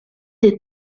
des